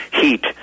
heat